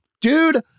Dude